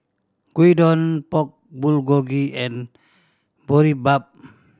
Gyudon Pork Bulgogi and Boribap